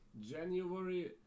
January